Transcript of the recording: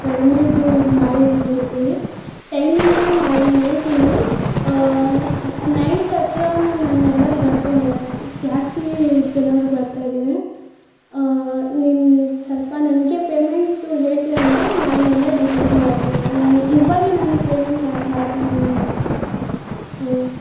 ಕಡಿಮೆದು ಮಾಡಿ ನನಗೆ ಕೊಡಿ ಟೈಮಿಂಗು ನಾನು ಹೇಳ್ತೀನಿ ನೈಟ್ ಹತ್ರ ನಾನು ನಾನೆಲ್ಲಾರು ಬರ್ತೇನೆ ಜಾಸ್ತಿ ಜನರು ಬರ್ತಾ ಇದ್ದೀನಿ ನಿನ್ನ ಸ್ವಲ್ಪ ನನಗೆ ಪೇಮೆಂಟ್ದು ಹೇಳ್ತಿರಾ ಅಂದರೆ ನಾನು ಎಲ್ಲ ಡಿಸೈಡ್ ಮಾಡ್ತೀನಿ ನಾನು ಇವಾಗೆ ನಾನು ಪೇಮೆಂಟ್ ಮಾ ಮಾಡ್ತೀನಿ ನಿನಗೆ ಹೌದು